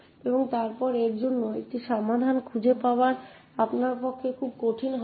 এবং তারপরে এর জন্য একটি সমাধান খুঁজে পাওয়া আপনার পক্ষে খুব কঠিন হবে না